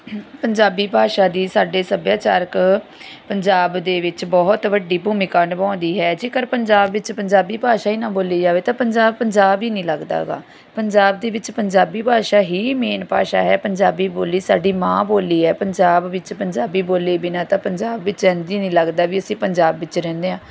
ਪੰਜਾਬੀ ਭਾਸ਼ਾ ਦੀ ਸਾਡੇ ਸੱਭਿਆਚਾਰਕ ਪੰਜਾਬ ਦੇ ਵਿੱਚ ਬਹੁਤ ਵੱਡੀ ਭੂਮਿਕਾ ਨਿਭਾਉਂਦੀ ਹੈ ਜੇਕਰ ਪੰਜਾਬ ਵਿੱਚ ਪੰਜਾਬੀ ਭਾਸ਼ਾ ਹੀ ਨਾ ਬੋਲੀ ਜਾਵੇ ਤਾਂ ਪੰਜਾਬ ਪੰਜਾਬ ਹੀ ਨਹੀਂ ਲੱਗਦਾ ਹੈਗਾ ਪੰਜਾਬ ਦੇ ਵਿੱਚ ਪੰਜਾਬੀ ਭਾਸ਼ਾ ਹੀ ਮੇਨ ਭਾਸ਼ਾ ਹੈ ਪੰਜਾਬੀ ਬੋਲੀ ਸਾਡੀ ਮਾਂ ਬੋਲੀ ਹੈ ਪੰਜਾਬ ਵਿੱਚ ਪੰਜਾਬੀ ਬੋਲੀ ਬਿਨਾਂ ਤਾਂ ਪੰਜਾਬ ਵਿੱਚ ਇੰਝ ਹੀ ਨਹੀਂ ਲੱਗਦਾ ਵੀ ਅਸੀਂ ਪੰਜਾਬ ਵਿੱਚ ਰਹਿੰਦੇ ਹਾਂ